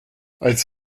als